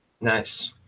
nice